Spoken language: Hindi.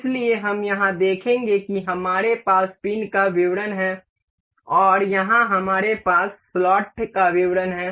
इसलिए हम यहां देखेंगे कि हमारे पास पिन का विवरण है और यहां हमारे पास स्लॉट का विवरण है